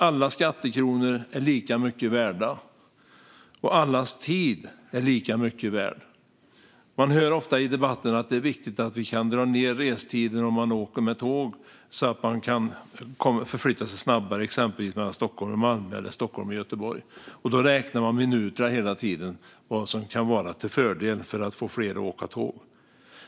Alla skattekronor är lika mycket värda, och allas tid är lika mycket värd. Man hör ofta i debatten att det är viktigt att dra ned restiden på tågresor så att man kan förflytta sig snabbare mellan exempelvis Stockholm och Malmö eller Stockholm och Göteborg. Då räknar man hela tiden minuter och vad som kan vara till fördel för att få fler att åka tåg.